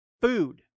Food